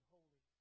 Holy